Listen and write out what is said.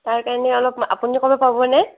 তাৰ কাৰণে অলপ আপুনি ক'ব পাবনে